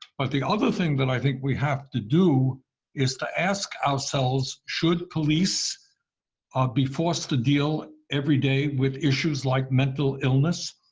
but the other thing that i think we have to do is to ask ourselves, should police be forced to deal every day with issues like mental illness,